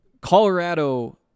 Colorado